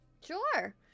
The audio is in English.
Sure